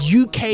uk